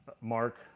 Mark